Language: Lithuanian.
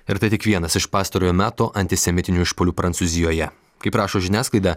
ir tai tik vienas iš pastarojo meto antisemitinių išpuolių prancūzijoje kaip rašo žiniasklaida